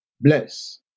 Bless